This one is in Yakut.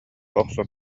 охсон